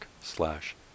slash